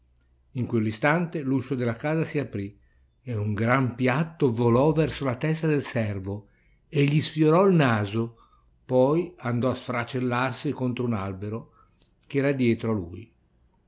domani in quell'istante l'uscio della casa si aprì e un gran piatto volò verso la testa del servo e gli sfiorò il naso poi andò a sfracellarsi contro a un albero ch'era dietro a lui